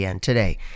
today